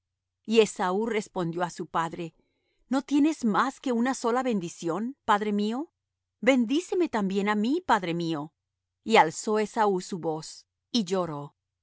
y esaú respondió á su padre no tienes más que una sola bendición padre mío bendíceme también á mí padre mío y alzó esaú su voz y lloró